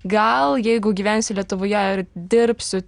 gal jeigu gyvensiu lietuvoje ir dirbsiu